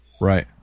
Right